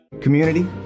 Community